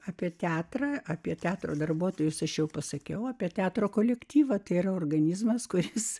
apie teatrą apie teatro darbuotojus aš jau pasakiau apie teatro kolektyvą tai yra organizmas kuris